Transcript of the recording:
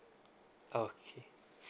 okay